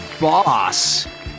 boss